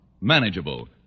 manageable